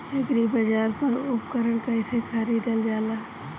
एग्रीबाजार पर उपकरण कइसे खरीदल जाला?